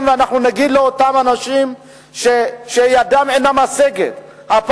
של אותם אנשים שידם אינה משגת ונגיד להם,